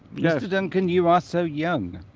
yes duncan you are so young